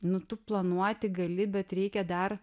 nu tu planuoti gali bet reikia dar